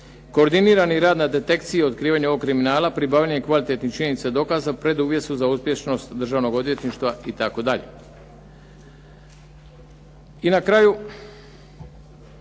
Koordinirani rad na detekciji otkrivanja ovog kriminala, pribavljanje kvalitetnih činjenica i dokaza preduvjet su za uspješnost Državnog odvjetništva itd. I na kraju